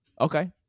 Okay